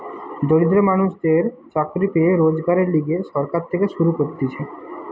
দরিদ্র মানুষদের চাকরি পেয়ে রোজগারের লিগে সরকার থেকে শুরু করতিছে